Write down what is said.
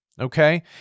Okay